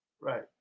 Right